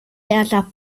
era